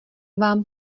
vám